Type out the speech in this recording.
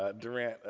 ah durant,